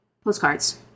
postcards